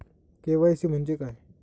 KYC म्हणजे काय?